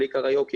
בלי קריוקי,